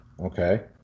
Okay